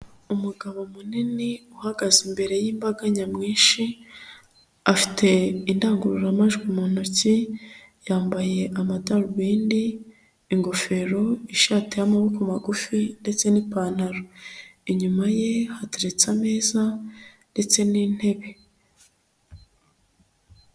Umugabo munini uhagaze imbere y'imbaga nyamwinshi, afite indangururamajwi mu ntoki, yambaye amadarubindi, ingofero, ishati y'amaboko magufi, ndetse n'ipantaro. Inyuma ye hateretse ameza, ndetse n'intebe.